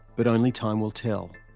but only time will tell.